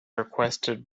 requested